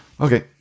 Okay